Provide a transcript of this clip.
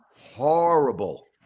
Horrible